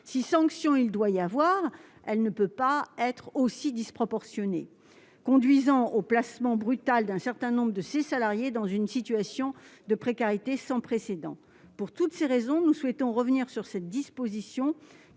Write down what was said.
Si sanction il doit y avoir, celle-ci ne saurait être aussi disproportionnée, car cela conduit au placement brutal d'un certain nombre de salariés dans une situation de précarité sans précédent. Pour toutes ces raisons, nous souhaitons revenir sur cette disposition,